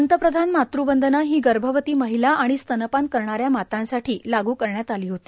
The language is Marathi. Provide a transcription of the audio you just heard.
पंतप्रधान मातवंदना ही गर्भवती महिला आणि स्तनपान करणाऱ्या मातांसाठी लागू करण्यात आली होती